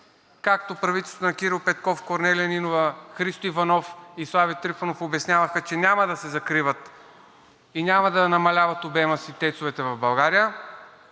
както правителството на Кирил Петков, Корнелия Нинова, Христо Иванов и Слави Трифонов обясняваха, че няма да се закриват и няма да намаляват обема си тецовете в България,